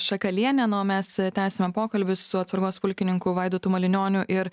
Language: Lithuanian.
šakalienė nu o mes tęsime pokalbius su atsargos pulkininku vaidotu malinioniu ir